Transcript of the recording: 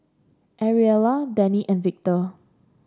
Ariella Denny and Victor